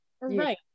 right